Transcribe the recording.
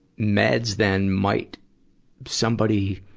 meds, then might somebody,